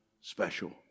special